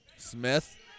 Smith